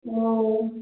ओ